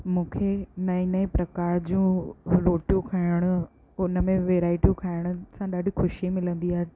मूंखे नएं नएं प्रकार जूं रोटियूं खाइण हुन में वैराइटियूं खाइण सां ॾाढी ख़ुशी मिलंदी आहे